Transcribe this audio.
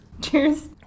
Cheers